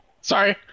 Sorry